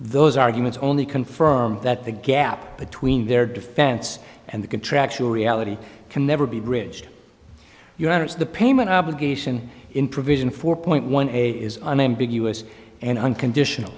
those arguments only confirm that the gap between their defense and the contractual reality can never be bridged units the payment obligation in provision four point one a is an ambiguous and unconditional